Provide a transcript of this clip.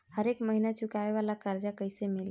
हरेक महिना चुकावे वाला कर्जा कैसे मिली?